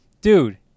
Dude